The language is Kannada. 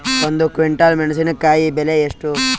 ಒಂದು ಕ್ವಿಂಟಾಲ್ ಮೆಣಸಿನಕಾಯಿ ಬೆಲೆ ಎಷ್ಟು?